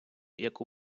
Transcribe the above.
яку